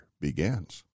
begins